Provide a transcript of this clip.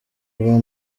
uba